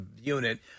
unit